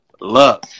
love